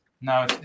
No